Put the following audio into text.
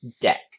deck